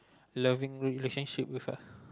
loving relationship with her